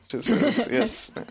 Yes